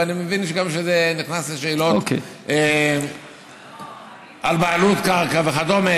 ואני מבין שזה נכנס לשאלות של בעלות על קרקע וכדומה,